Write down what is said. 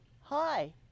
hi